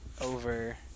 over